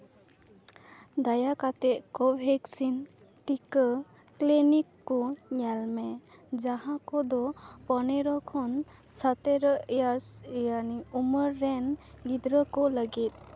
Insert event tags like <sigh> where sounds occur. ᱫᱟᱭᱟᱠᱟᱛᱮ ᱠᱳᱼᱵᱷᱮᱠᱥᱤᱱ ᱴᱤᱠᱟᱹ ᱠᱞᱤᱱᱤᱠ ᱠᱚ ᱧᱮᱞ ᱢᱮ ᱡᱟᱦᱟᱸ ᱠᱚᱫᱚ ᱯᱚᱱᱮᱨᱚ ᱠᱷᱚᱱ ᱥᱟᱛᱮᱨᱚ ᱮᱭᱟᱨᱥ ᱮᱭᱟᱱᱤᱝ <unintelligible> ᱩᱢᱮᱨ ᱨᱮᱱ ᱜᱤᱫᱽᱨᱟᱹ ᱠᱚ ᱞᱟᱹᱜᱤᱫ